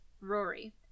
Rory